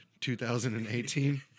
2018